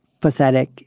pathetic